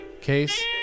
case